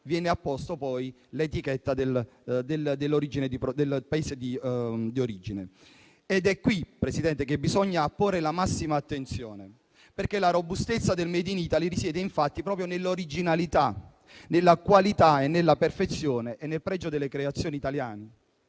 viene apposta l'etichetta del Paese di origine. È proprio su questo punto che bisogna porre la massima attenzione, perché la robustezza del *made in Italy* risiede, infatti, proprio nell'originalità, nella qualità, nella perfezione e nel pregio delle creazioni italiane